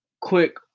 quick